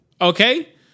Okay